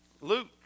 luke